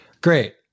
Great